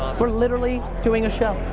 we're literally doing a show.